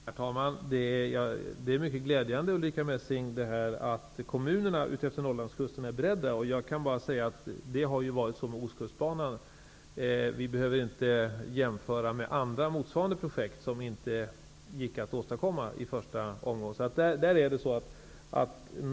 Herr talman! Det är mycket glädjande, Ulrica Messing, att kommunerna utefter Norrlandskusten är beredda. Så har det också varit med Ostkustbanan. Vi behöver inte jämföra med andra motsvarande projekt som inte gick att genomföra i en första omgång.